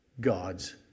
God's